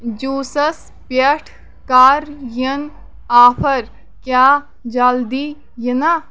جوٗسس پٮ۪ٹھ کَر یِنۍ آفر کیٛاہ جلدٕی یِنا